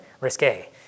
Risque